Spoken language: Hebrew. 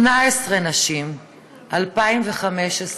18 נשים ב-2015,